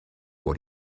what